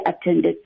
attended